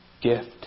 gift